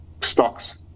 stocks